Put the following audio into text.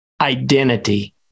identity